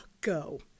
go